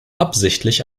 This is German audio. absichtlich